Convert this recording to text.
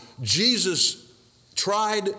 Jesus-tried